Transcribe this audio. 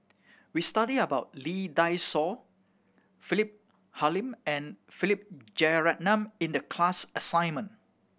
we studied about Lee Dai Soh Philip Hoalim and Philip Jeyaretnam in the class assignment